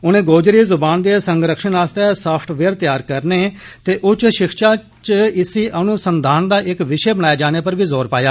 उनें गोजरी जुबान दे संरक्षण आस्तै साफ्टवेयर तैयार करने ते उच्च शिक्षा च इसी अनुसंधान दा इक विषय बनाए जाने पर बी जोर पाया